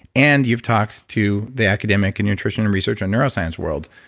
and you've talked to the academic and nutritional research on neuroscience world.